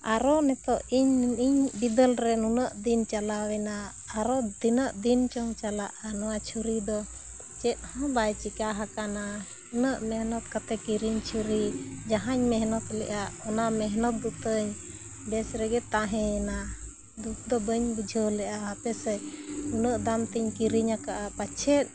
ᱟᱨᱚ ᱱᱤᱛᱚᱜ ᱤᱧ ᱤᱧ ᱵᱤᱫᱟᱹᱞᱨᱮ ᱱᱩᱱᱟᱹᱜ ᱫᱤᱱ ᱪᱟᱞᱟᱣᱮᱱᱟ ᱟᱨᱚ ᱛᱤᱱᱟᱹᱜ ᱫᱤᱱ ᱪᱚᱝ ᱪᱟᱞᱟᱜᱼᱟ ᱱᱚᱣᱟ ᱪᱷᱲᱩᱨᱤ ᱫᱚ ᱪᱮᱫ ᱦᱚᱸ ᱵᱟᱭ ᱪᱤᱠᱟᱹ ᱦᱟᱠᱟᱱᱟ ᱩᱱᱟᱹᱜ ᱢᱮᱦᱱᱚᱛ ᱠᱟᱛᱮ ᱠᱤᱨᱤᱧ ᱪᱷᱩᱨᱤ ᱡᱟᱦᱟᱧ ᱢᱮᱱᱚᱛ ᱞᱮᱫᱼᱟ ᱚᱱᱟ ᱢᱮᱦᱱᱚᱛ ᱫᱚ ᱛᱤᱧ ᱵᱮᱥᱨᱮᱜᱮ ᱛᱟᱦᱮᱸᱭ ᱱᱟ ᱫᱩᱠ ᱫᱚ ᱵᱟᱹᱧ ᱵᱩᱡᱷᱟᱹᱣ ᱞᱮᱫᱼᱟ ᱦᱟᱯᱮᱥᱮ ᱩᱱᱟᱹᱜ ᱫᱟᱢᱛᱮᱧ ᱠᱤᱨᱤᱧᱟᱠᱟᱜᱼᱟ ᱯᱟᱪᱷᱮᱫ